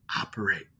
operate